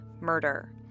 murder